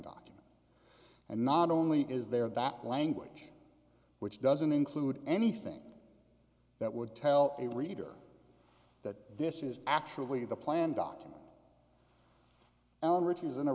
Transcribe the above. document and not only is there that language which doesn't include anything that would tell a reader that this is actually the plan document riches in